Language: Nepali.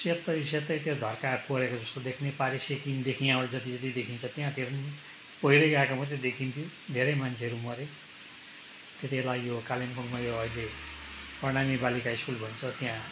सेतै सेतै त्यो धर्का कोरेको जस्तो देख्ने पारी सिक्किम देखिने यहाँबडाट जति जति देखिन्छ त्यहाँतिर पनि पहिरै गएको मात्रै देखिन्थ्यो धेरै मान्छेहरू मरे त्यतिबेला यो कालिम्पोङमा यो अहिले कर्ण नेपालीका स्कुल भन्छ त्यहाँ